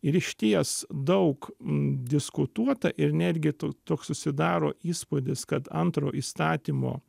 ir išties daug diskutuota ir netgi toks susidaro įspūdis kad antro įstatymo